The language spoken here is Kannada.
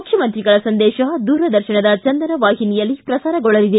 ಮುಖ್ಯಮಂತ್ರಿಗಳ ಸಂದೇತ ದೂರದರ್ಶನದ ಚಂದನ ವಾಹಿನಿಯಲ್ಲಿ ಪ್ರಸಾರಗೊಳ್ಳಲಿದೆ